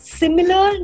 similar